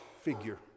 figure